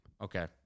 Okay